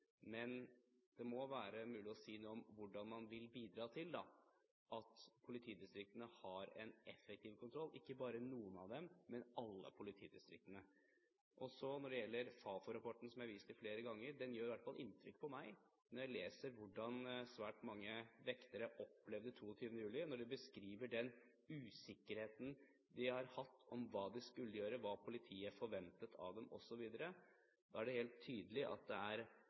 men det må være mulig å si noe om hvordan man vil bidra til at politidistriktene har en effektiv kontroll – ikke bare noen av dem, men alle politidistriktene. Så når det gjelder Fafo-rapporten, som jeg har vist til flere ganger: Det gjør i hvert fall inntrykk på meg når jeg leser hvordan svært mange vektere opplevde 22. juli. Når de beskriver den usikkerheten de hadde om hva de skulle gjøre, hva politiet forventet av dem osv., er det helt tydelig at det er